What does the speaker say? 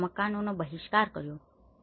તેઓએ આ મકાનોનો બહિષ્કાર કર્યો છે